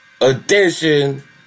edition